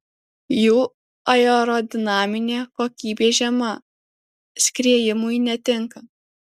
jų aerodinaminė kokybė žema skriejimui netinka